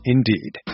Indeed